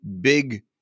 big